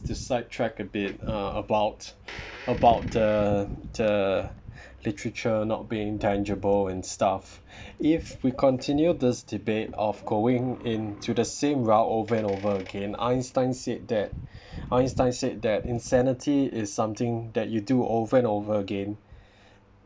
side track a bit uh about about the the literature not being tangible and stuff if we continue this debate of going in to the same row over and over again einstein said that einstein said that insanity is something that you do over and over again